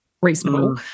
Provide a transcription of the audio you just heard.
reasonable